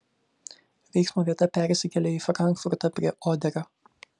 veiksmo vieta persikelia į frankfurtą prie oderio